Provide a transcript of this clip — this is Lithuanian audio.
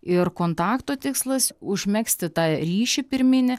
ir kontakto tikslas užmegzti tą ryšį pirminį